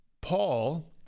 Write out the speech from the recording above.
Paul